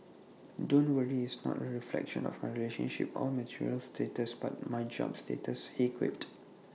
don't worry it's not A reflection of my relationship or marital status but my job status he quipped